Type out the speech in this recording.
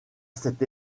cette